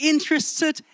interested